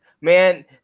Man